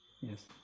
yes